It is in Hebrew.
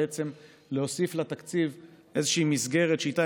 ובעצם להוסיף לתקציב איזושהי מסגרת שאיתה